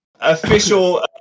Official